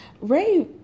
Ray